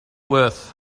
worth